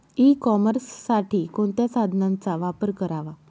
E कॉमर्ससाठी कोणत्या साधनांचा वापर करावा?